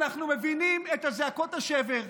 אנחנו מבינים את זעקות השבר,